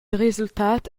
resultat